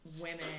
women